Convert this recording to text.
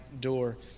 door